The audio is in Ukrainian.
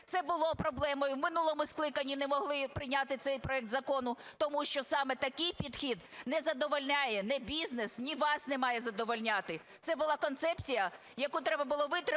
Це було проблемою. В минулому скликанні не могли прийняти цей проект закону, тому що саме такий підхід не задовольняє ні бізнес, ні вас не має задовольняти. Це була концепція, яку треба було витримати